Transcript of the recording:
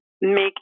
Make